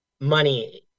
money